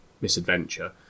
misadventure